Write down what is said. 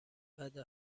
بده